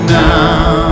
now